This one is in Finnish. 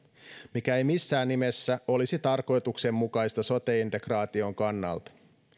mikä ei missään nimessä olisi tarkoituksenmukaista sote integraation kannalta